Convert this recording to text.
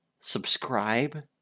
subscribe